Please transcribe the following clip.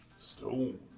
stone